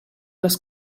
les